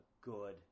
good